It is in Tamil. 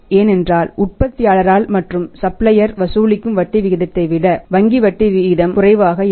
ஏனென்றால் உற்பத்தியாளரால் மற்றும் சப்ளையர் வசூலிக்கும் வட்டி விகிதத்தை விட வங்கி வட்டி குறைவாக இருக்கும்